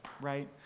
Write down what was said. right